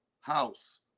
house